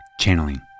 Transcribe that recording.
Channeling